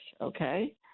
Okay